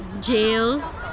jail